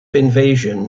invasion